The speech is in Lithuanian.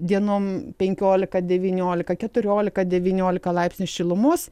dienom pebkiolika devyniolika keturiolika devyniolika laipsnių šilumos